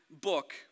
book